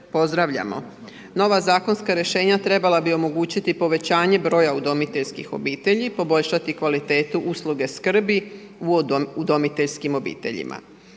pozdravljamo. Nova zakonska rješenja trebala bi omogućiti povećanje broja udomiteljskih obitelji, poboljšati kvalitetu usluge skrbi uvodom u udomiteljskim obiteljima.